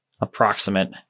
approximate